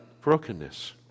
Brokenness